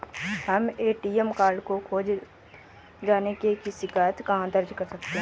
हम ATM card खो जाने की शिकायत कहाँ दर्ज कर सकते हैं?